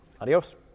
Adios